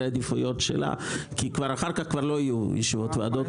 עדיפויות שלה כי אחר כך כבר לא יהיו ישיבות ועדות.